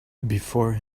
before